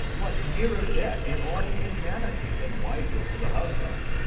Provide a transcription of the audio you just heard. what nearer debt in all humanity than wife is to the husband?